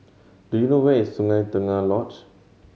do you know where is Sungei Tengah Lodge